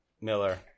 Miller